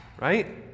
right